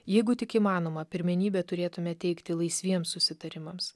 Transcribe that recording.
jeigu tik įmanoma pirmenybę turėtume teikti laisviems susitarimams